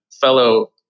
fellow